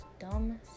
dumb